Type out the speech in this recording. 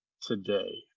today